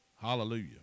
Hallelujah